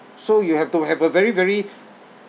so you have to have a very very